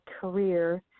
career